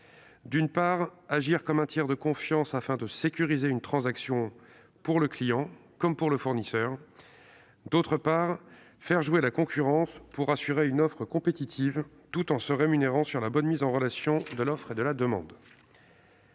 d'une part, agir comme un tiers de confiance, afin de sécuriser une transaction, pour le client comme pour le fournisseur ; d'autre part, faire jouer la concurrence pour assurer une offre compétitive, tout en se rémunérant sur la bonne mise en relation de l'offre et de la demande.